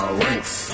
ranks